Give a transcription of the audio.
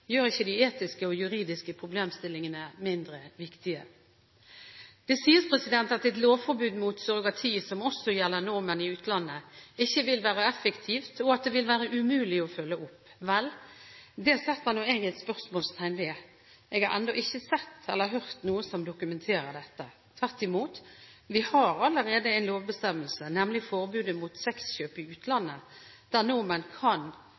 gjør ikke de etiske og juridiske problemstillingene mindre viktige. Det sies at et lovforbud mot surrogati som også gjelder nordmenn i utlandet, ikke vil være effektivt, og at det vil være umulig å følge opp. Vel, det setter jeg et spørsmålstegn ved; jeg har ennå ikke sett eller hørt noe som dokumenterer dette. Tvert imot: Vi har allerede en lovbestemmelse, nemlig forbudet mot sexkjøp i utlandet, der nordmenn kan